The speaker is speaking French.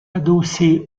adossée